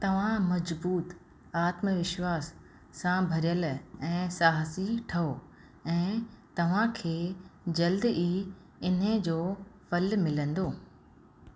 तव्हां मज़बूत आत्मविश्वासु सां भरियल ऐं साहसी ठहो ऐं तव्हांखे जल्द ई इनजो फल मिलंदो